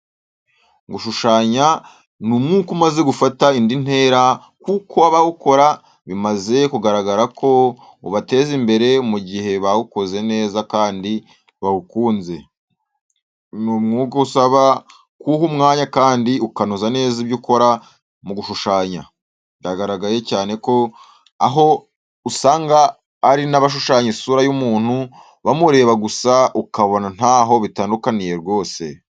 Gushushanya ni umwuka umaze gufata indi ntera kuko abawukora bimaze kugaragarako ubateza imbere mu gihe bawukoze neza kandi bawukunze. Ni umwuka usaba kuwuha umwanya kandi ukanoza neza ibyo ukora mu gushushanya. Byagaragaye cyane aho usanga hari nabashushanya isura y'umuntu bamureba gusa ukabona ko ntaho bitandukaniye rwose.